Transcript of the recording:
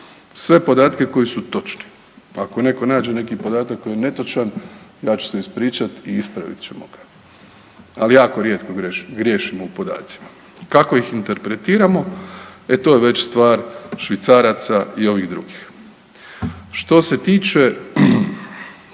sve podatke koji su točni. Ako netko nađe neki podatak koji je netočan ja ću se ispričati i ispravit ćemo ga. Ali jako rijetko griješimo u podacima. Kako ih interpretiramo e to je već stvar „švicaraca“ i ovih drugih. Što se tiče